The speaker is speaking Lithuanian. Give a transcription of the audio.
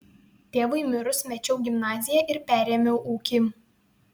tėvui mirus mečiau gimnaziją ir perėmiau ūkį